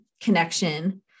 connection